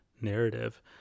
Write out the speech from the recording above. narrative